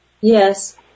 Yes